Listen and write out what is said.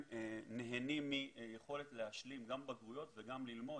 נהנים מיכולת להשלים גם בגרויות וגם ללמוד.